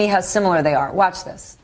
me how similar they are watch this